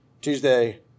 tuesday